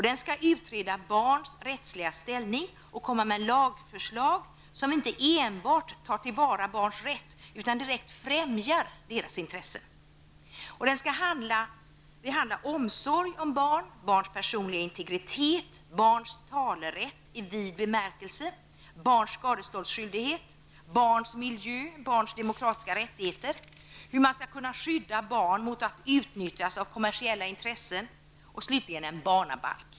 Den skall utreda barns rättsliga ställning och komma med lagförslag, som inte enbart tar till vara barns rätt utan direkt främjar deras intressen. Den skall behandla omsorg om barn, barns personliga integritet, barns talerätt i vid bemärkelse, barns skadeståndsskyldighet, barns miljö, barns demokratiska rättigheter, hur man skall kunna skydda barn mot att utnyttjas av kommersiella intressen och slutligen en barnabalk.